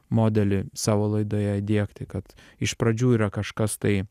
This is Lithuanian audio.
modelį savo laidoje įdiegti kad iš pradžių yra kažkas tai